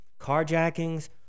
carjackings